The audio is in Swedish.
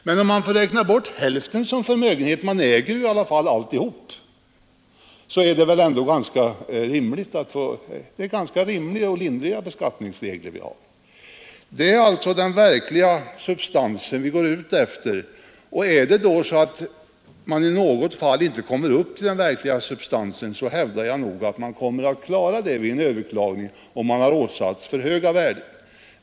Men om man får räkna bort hälften av förmögenheten — man äger ju alltihop — är det väl i alla fall ganska rimliga och lindriga beskattningsregler vi har. Det är alltså den verkliga substansen vi går ut ifrån, och om man i något fall inte kommer till verkliga substansvärdet, hävdar jag nog att man kommer att vinna vid ett överklagande, om man har åsatts för höga värden.